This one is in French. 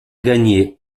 gagné